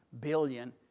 billion